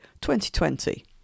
2020